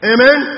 Amen